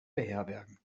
beherbergen